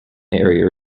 area